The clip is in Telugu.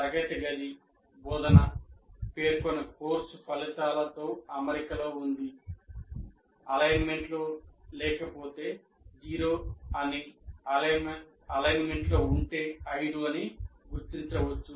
తరగతి గది బోధన పేర్కొన్న కోర్సు ఫలితాలతో అమరికలో ఉంది అలైన్మెంట్ లో లేకపోతే జీరో అని అలైన్మెంట్ లో ఉంటే 5 అని గుర్తించవచ్చు